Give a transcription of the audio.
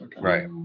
Right